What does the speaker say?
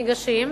ניגשים,